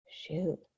Shoot